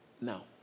Now